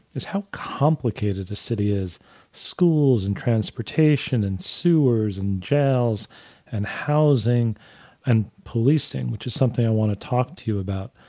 is how complicated a city is schools and transportation and sewers and jails and housing and policing, which is something i want to talk to you about,